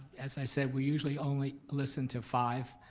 as i said, we usually only listen to five,